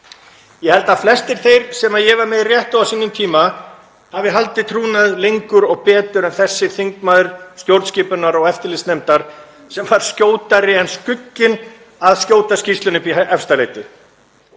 Ég held að flestir þeir sem ég var með í Réttó á sínum tíma hafi haldið trúnað lengur og betur en þessi þingmaður stjórnskipunar- og eftirlitsnefndar sem var skjótari en skugginn að skjóta skýrslunni upp í Efstaleiti.